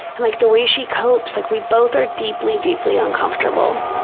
and like the way she copes, like we both are deeply, deeply uncomfortable,